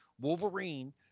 Wolverine